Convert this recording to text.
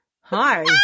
Hi